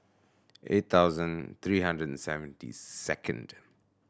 eight thousand three hundred and seventy second